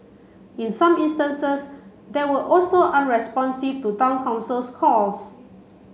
in some instances they were also unresponsive to Town Council's calls